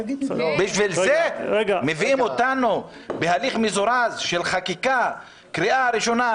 בשביל זה מביאים אותנו בהליך מזורז של חקיקה קריאה ראשונה,